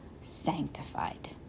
sanctified